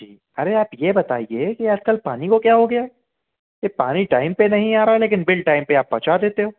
जी अरे आप ये बताइए की आज कल पानी को क्या हो गया है ये पानी टाइम पे नहीं आ रहा लेकिन बिल आप टाइम पे पहुँचा देते हो